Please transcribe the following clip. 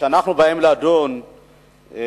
כשאנחנו באים לדון על